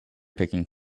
picking